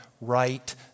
right